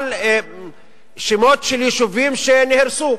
למשל שמות של יישובים שנהרסו,